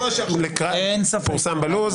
פורסם בלו"ז,